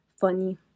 funny